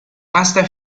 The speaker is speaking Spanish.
hasta